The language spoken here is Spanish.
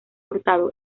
hurtado